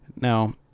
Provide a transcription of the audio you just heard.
Now